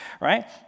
right